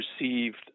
received